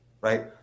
Right